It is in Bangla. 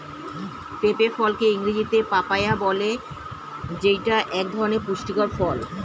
পেঁপে ফলকে ইংরেজিতে পাপায়া বলে যেইটা এক ধরনের পুষ্টিকর ফল